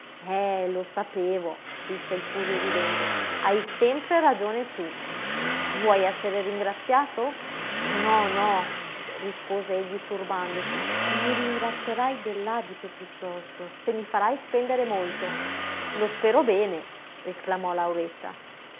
eh lo sapevo disse il furri ridendo hai sempre ragione tu vuoi essere ringraziato no no rispose egli turbandosi i ringrazierai dell'abito piuttosto se mi farai spendere molto lo spero bene esclamò lauretta